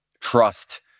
trust